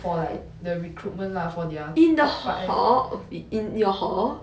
for like the recruitment lah for their top five